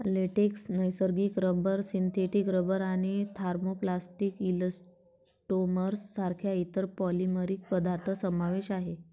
latex, नैसर्गिक rubber, synthetic rubber आणि thermoplastic elastomers सारख्या इतर पॉलिमरिक पदार्थ समावेश आहे